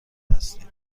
هستیم